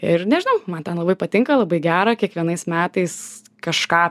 ir nežinau man ten labai patinka labai gera kiekvienais metais kažką